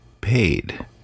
paid